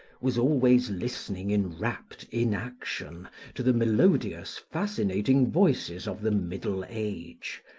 was always listening in rapt inaction to the melodious, fascinating voices of the middle age,